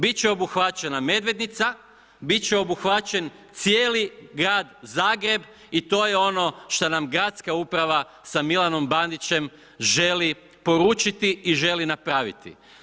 Bit će obuhvaćena Medvednica, bit će obuhvaćen cijeli grad Zagreb i to je ono što nam gradska uprava sa Milanom Bandićem želi poručiti i želi napraviti.